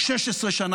כמו שאתה